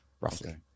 roughly